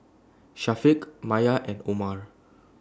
Syafiq Maya and Omar